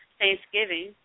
Thanksgiving